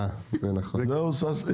אדוני השר,